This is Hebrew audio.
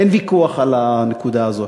אין ויכוח על הנקודה הזאת.